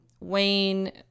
Wayne